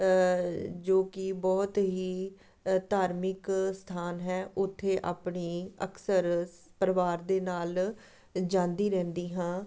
ਜੋ ਕਿ ਬਹੁਤ ਹੀ ਧਾਰਮਿਕ ਸਥਾਨ ਹੈ ਉੱਥੇ ਆਪਣੀ ਅਕਸਰ ਪਰਿਵਾਰ ਦੇ ਨਾਲ ਜਾਂਦੀ ਰਹਿੰਦੀ ਹਾਂ